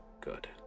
good